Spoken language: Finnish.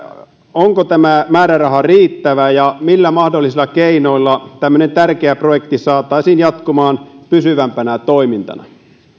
onko tämä määräraha riittävä ja millä mahdollisilla keinoilla tämmöinen tärkeä projekti saataisiin jatkumaan pysyvämpänä toimintana